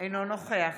אינו נוכח